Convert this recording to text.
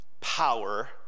power